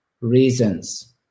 reasons